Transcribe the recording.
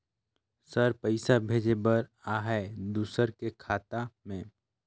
Sir पइसा भेजे बर आहाय दुसर के खाता मे?